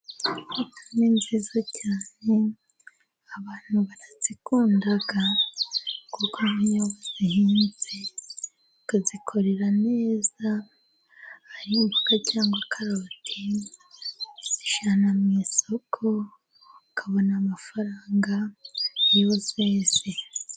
Imboga ni nziza cyane abantu barazikunda kuko niyo uzihinze ukazizikorera neza arimboga cyangwa karoti uzijyana mu isoko ukabona amafaranga.